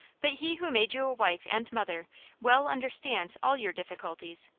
but he who made you a wife and mother well understands all your difficulties,